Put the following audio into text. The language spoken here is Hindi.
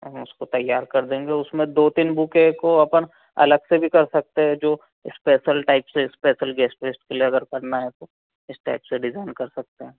हम उसको तैयार कर देंगे उसमें दो तीन बुके को अपन अलग से भी कर सकते हैं जो इस्पेशल टाइप इस्पेशल गेस्ट वेस्ट के लिए अगर करना है तो इस टाइप से डिज़ाइन कर सकते हैं